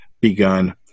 begun